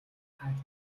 хайх